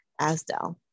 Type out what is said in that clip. Asdell